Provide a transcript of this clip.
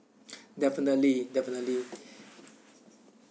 definitely definitely